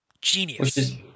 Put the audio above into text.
Genius